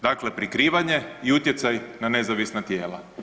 Dakle, prikrivanje i utjecaj na nezavisna tijela.